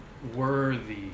worthy